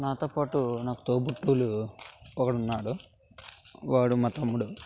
నాతో పాటు నాకు తోబుట్టువులు ఒకడున్నాడు వాడు మా తమ్ముడు